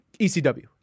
ECW